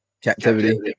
Captivity